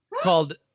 Called